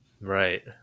Right